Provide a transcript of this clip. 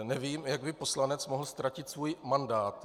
Nevím, jak by poslanec mohl ztratit svůj mandát.